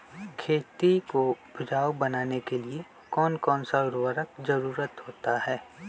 खेती को उपजाऊ बनाने के लिए कौन कौन सा उर्वरक जरुरत होता हैं?